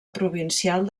provincial